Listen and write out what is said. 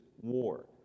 war